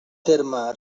terme